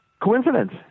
Coincidence